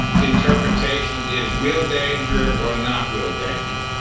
the interpretation is real danger or not real danger.